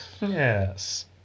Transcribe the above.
Yes